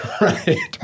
right